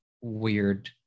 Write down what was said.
weird